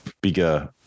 bigger